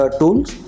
tools